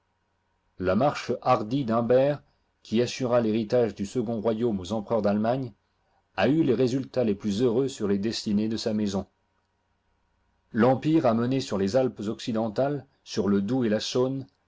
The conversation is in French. la marche hardie d'humbert qui assura l'héritage du second royaume aux empereurs d'allemagne a eu les résultats les plus heureux sur les destinées de sa maison l'empire amené sur les alpes occidentales sur le doubs et la saône